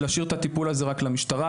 להשאיר את הטיפול הזה רק למשטרה,